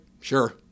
sure